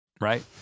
right